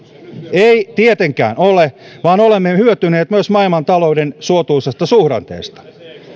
ei tietenkään ole vaan olemme hyötyneet myös maailmantalouden suotuisasta suhdanteesta